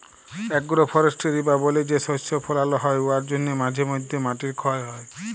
agro forestry বা বলে যে শস্য ফলাল হ্যয় উয়ার জ্যনহে মাঝে ম্যধে মাটির খ্যয় হ্যয়